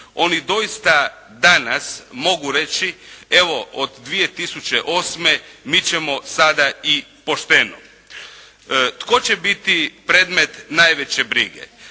Oni doista danas mogu reći, evo od 2008. mi ćemo sada i pošteno. Tko će biti predmet najveće brige?